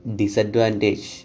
disadvantage